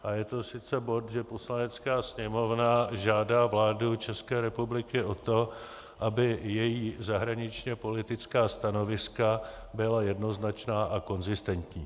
A je to bod, že Poslanecká sněmovna žádá vládu České republiky o to, aby její zahraničněpolitická stanoviska byla jednoznačná a konzistentní.